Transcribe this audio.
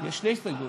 יש שתי הסתייגויות.